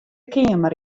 keamer